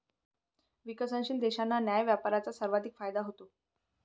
विकसनशील देशांना न्याय्य व्यापाराचा सर्वाधिक फायदा होतो